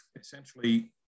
essentially